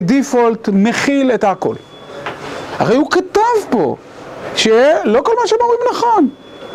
דפולט מכיל את הכל, הרי הוא כתב פה שלא כל מה שהם אומרים נכון.